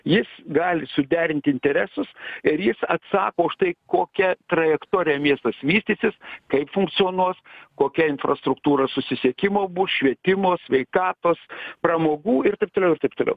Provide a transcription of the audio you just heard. jis gali suderint interesus ir jis atsako už tai kokia trajektorija miestas vystysis kaip funkcionuos kokia infrastruktūra susisiekimo bus švietimo sveikatos pramogų ir taip toliau ir taip toliau